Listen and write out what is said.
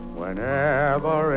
whenever